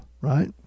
right